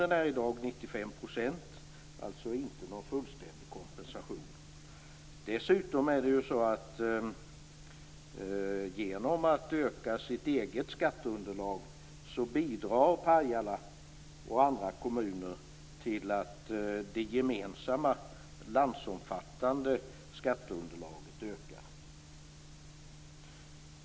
Den uppgår i dag till 95 %. Dessutom bidrar Pajala och andra kommuner genom att öka sitt eget skatteunderlag till att det landsomfattande skatteunderlaget ökar.